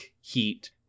heat